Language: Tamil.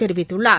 தெரிவித்துள்ளார்